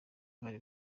bari